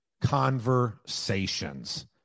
conversations